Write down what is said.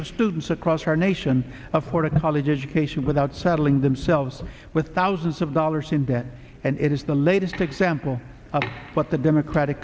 of students across our nation afford a college education without saddling themselves with thousands of dollars in debt and it is the latest example of what the democratic